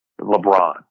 LeBron